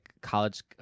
college